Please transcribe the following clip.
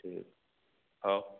ठीक आउ